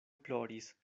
ploris